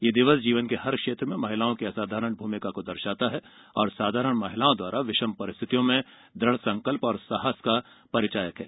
यह दिवस जीवन के हर क्षेत्र में महिलाओं की असाधारण भूमिका को दर्शाता है और साधारण महिलाओं द्वारा विषम परिस्थितियों में दुढ़ संकल्प और साहस का परिचायक है